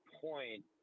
point